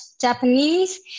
Japanese